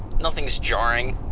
nothing's jarring.